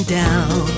down